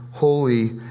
holy